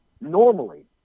normally